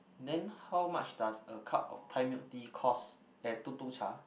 then how much does a cup of Thai milk tea cost at Tuk-Tuk-Cha